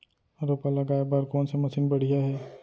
रोपा लगाए बर कोन से मशीन बढ़िया हे?